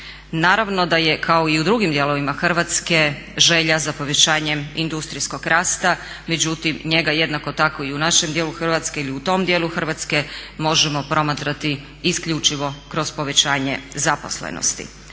Naravno da je kao i u drugim dijelovima Hrvatske želja za povećanjem industrijskog rasta, međutim njega jednako tako i u našem dijelu Hrvatske ili u tom dijelu Hrvatske možemo promatrati isključivo kroz povećanje zaposlenosti.